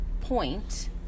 point